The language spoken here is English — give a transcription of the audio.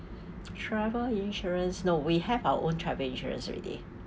travel insurance no we have our own travel insurance already